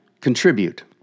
Contribute